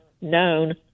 known